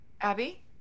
Abby